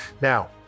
Now